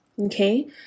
okay